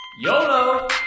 Yolo